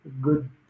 good